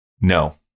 no